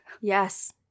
Yes